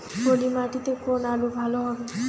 পলি মাটিতে কোন আলু ভালো হবে?